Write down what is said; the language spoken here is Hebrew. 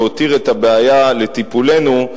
והותיר את הבעיה לטיפולנו,